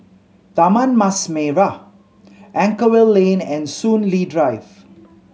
Taman Mas Merah Anchorvale Lane and Soon Lee Drive